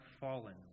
fallen